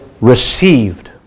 received